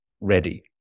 ready